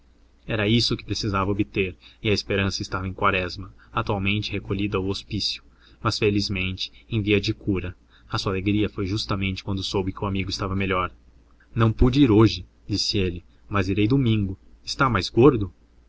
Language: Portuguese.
era isso que precisava obter e a esperança estava em quaresma atualmente recolhido ao hospício mas felizmente em via de cura a sua alegria foi justamente grande quando soube que o amigo estava melhor não pude ir hoje disse ele mas irei domingo está mais gordo